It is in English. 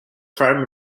farm